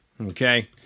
Okay